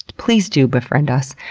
please do befriend us.